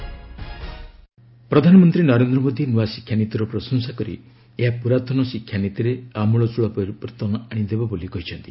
PM new education policy ପ୍ରଧାନମନ୍ତ୍ରୀ ନରେନ୍ଦ୍ର ମୋଦୀ ନୂଆ ଶିକ୍ଷାନୀତିର ପ୍ରଶଂସା କରି ଏହା ପୁରାତନ ଶିକ୍ଷାନୀତିରେ ଆମୁଳଚୂଳ ପରିବର୍ତ୍ତନ ଆଣିଦେବ ବୋଲି କହିଛନ୍ତି